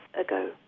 ago